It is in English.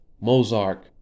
Mozart